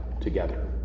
together